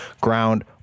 ground